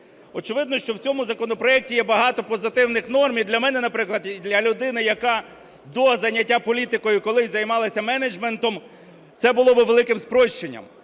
Очевидно, що в цьому законопроекті є багато позитивних норм. І для мене, наприклад, і для людини, яка до заняття політикою колись займалася менеджментом, це було би великим спрощенням.